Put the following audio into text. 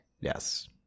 Yes